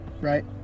right